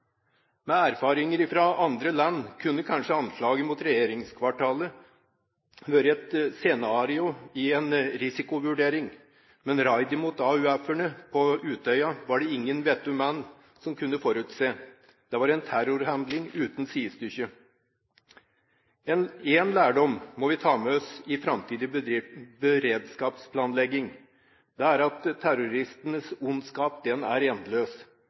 Med erfaringer fra andre land kunne kanskje anslaget mot regjeringskvartalet vært et scenario i en risikovurdering, men raidet mot AUF-erne på Utøya var det ingen vettug mann som kunne forutse. Det var en terrorhandling uten sidestykke. Én lærdom må vi ta med oss i framtidig beredskapsplanlegging: Det er at terroristenes ondskap er endeløs.